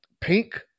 pink